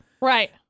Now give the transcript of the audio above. Right